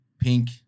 pink